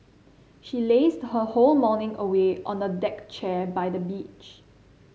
she lazed her whole morning away on a deck chair by the beach